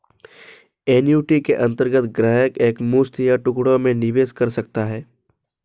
annuity के अंतर्गत ग्राहक एक मुश्त या टुकड़ों में निवेश कर सकता है